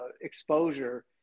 exposure